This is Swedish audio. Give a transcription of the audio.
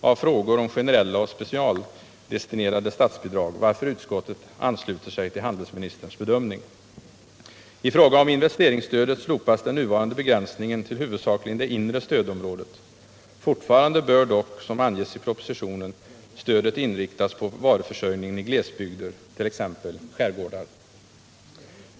av frågor om generella och speci aldestinerade statsbidrag, varför utskottet ansluter sig till handelsministerns bedömning. I fråga om investeringsstödet slopas den nuvarande begränsningen till huvudsakligen det inre stödområdet. Fortfarande bör dock, som anges i propositionen, stödet inriktas på varuförsörjningen i glesbygder, t.ex. skärgårdar.